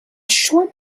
short